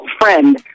friend